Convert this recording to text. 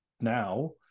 now